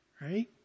Right